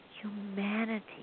humanity